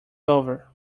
over